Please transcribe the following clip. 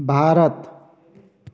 Bharat